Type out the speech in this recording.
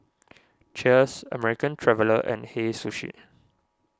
Cheers American Traveller and Hei Sushi